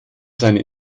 seine